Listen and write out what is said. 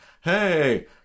hey